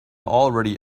already